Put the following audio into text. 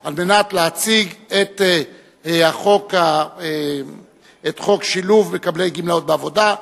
על מנת להציג את חוק שילוב מקבלי גמלאות בעבודה,